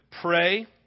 pray